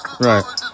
right